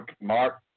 Mark